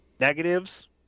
negatives